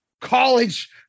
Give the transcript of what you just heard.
college